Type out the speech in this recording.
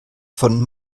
von